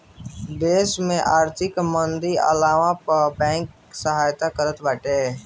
देस में आर्थिक मंदी आवला पअ बैंक सहायता करत बाटे